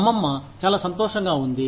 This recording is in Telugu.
అమ్మమ్మ చాలా సంతోషంగా ఉంది